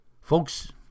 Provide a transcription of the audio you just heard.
Folks